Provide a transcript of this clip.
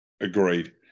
Agreed